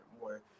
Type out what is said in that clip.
more